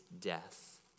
death